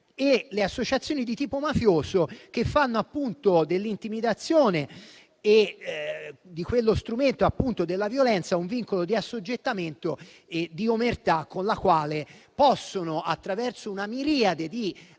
e le associazioni di tipo mafioso, che fanno appunto dell'intimidazione e dello strumento della violenza un vincolo di assoggettamento e di omertà, con il quale possono, attraverso una miriade di